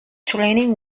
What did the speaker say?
training